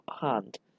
hand